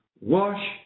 Wash